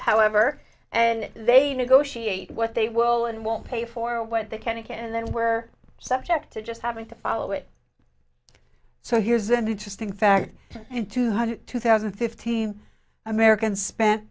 however and they negotiate what they will and won't pay for what they can take and then were subject to just having to follow it so here's an interesting fact in two hundred two thousand and fifteen americans spent